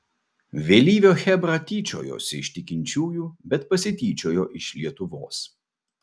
vėlyvio chebra tyčiojosi iš tikinčiųjų bet pasityčiojo iš lietuvos